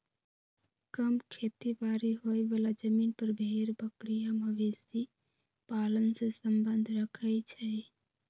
कम खेती बारी होय बला जमिन पर भेड़ बकरी आ मवेशी पालन से सम्बन्ध रखई छइ